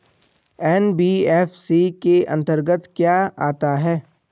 NBFC के अंतर्गत क्या आता है?